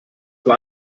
für